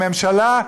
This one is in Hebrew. הממשלה,